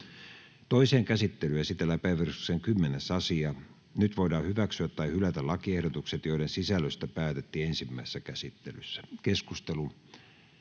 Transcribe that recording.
Toiseen käsittelyyn esitellään päiväjärjestyksen 13. asia. Nyt voidaan hyväksyä tai hylätä lakiehdotukset, joiden sisällöstä päätettiin ensimmäisessä käsittelyssä. — Keskustelu,